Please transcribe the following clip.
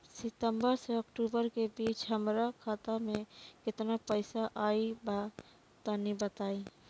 सितंबर से अक्टूबर के बीच हमार खाता मे केतना पईसा आइल बा तनि बताईं?